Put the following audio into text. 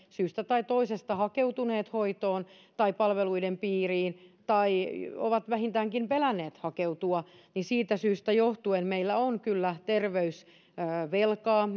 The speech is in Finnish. syystä tai toisesta hakeutuneet hoitoon tai palveluiden piiriin tai ovat vähintäänkin pelänneet hakeutua niin siitä syystä johtuen meillä on kyllä terveysvelkaa